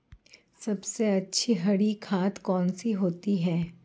सबसे अच्छी हरी खाद कौन सी होती है?